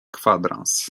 kwadrans